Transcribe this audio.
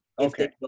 Okay